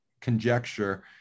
conjecture